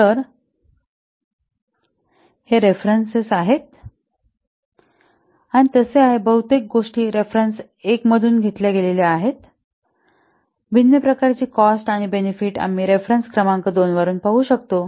तर हे रेफरन्स आहेत आणि तसे आहे बहुतेक गोष्टी रेफरन्स 1 मधून घेतल्या गेलेल्या आहेत भिन्न प्रकारची कॉस्ट आणि बेनेफिट आम्ही रेफरन्स क्रमांक 2 वर पाहू शकतो